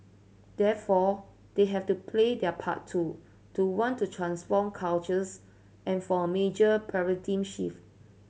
therefore they have to play their part too to want to transform cultures and for a major paradigm shift